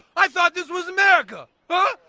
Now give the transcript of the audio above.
i thought this was america. huh,